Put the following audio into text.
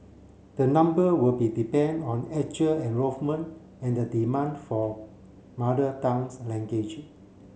the number will be dependent on actual enrolment and the demand for mother tongue's language